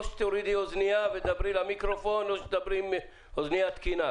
או שתורידי אוזנייה ותדברי למיקרופון או שתדברי עם אוזנייה תקינה.